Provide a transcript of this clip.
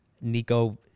Nico